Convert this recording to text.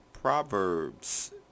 Proverbs